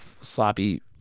sloppy